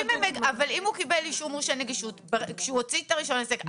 אבל אם הוא קיבל אישור מורשה נגישות כשהוא הוציא את רישיון העסק,